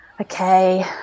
Okay